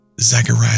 Zechariah